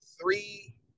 three